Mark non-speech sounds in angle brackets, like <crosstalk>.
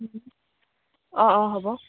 <unintelligible> অঁ অঁ হ'ব